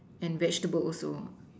and vegetable also